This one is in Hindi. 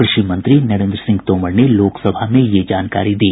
क्रषि मंत्री नरेंद्र सिंह तोमर ने लोकसभा में ये जानकारी दी